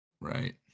Right